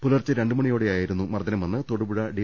പുലർച്ചെ രണ്ടുമണിയോടെയായിരുന്നു മർദ്ദനമെന്ന് തൊടുപുഴ ഡി